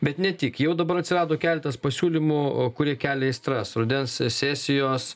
bet ne tik jau dabar atsirado keletas pasiūlymų kurie kelia aistras rudens sesijos